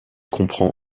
comprend